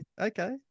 Okay